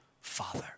father